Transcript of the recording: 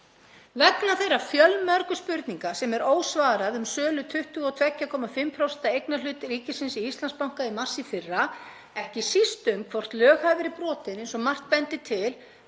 Vegna þeirra fjölmörgu spurninga sem er ósvarað um sölu á 22,5% af eignarhlut ríkisins í Íslandsbanka í mars í fyrra, ekki síst um hvort lög hafi verið brotin eins og margt bendir til,